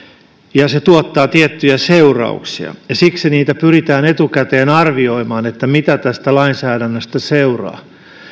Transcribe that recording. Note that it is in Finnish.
ja se tuottaa tiettyjä seurauksia ja siksi pyritään etukäteen arvioimaan mitä tästä lainsäädännöstä seuraa